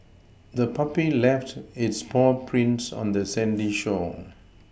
the puppy left its paw prints on the sandy shore